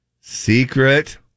Secret